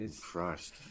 Christ